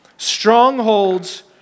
strongholds